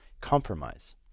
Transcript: compromise